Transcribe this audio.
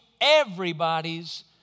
everybody's